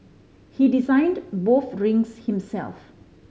he designed both rings himself